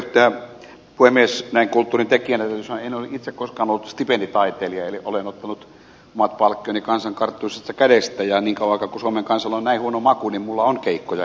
näin kulttuurin tekijänä täytyy sanoa että en ole itse koskaan ollut stipenditaiteilija eli olen ottanut omat palkkioni kansan karttuisasta kädestä ja niin kauan aikaa kun suomen kansalla on näin huono maku minulla on keikkoja edelleen